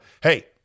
hey